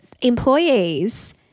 employees